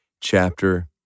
chapter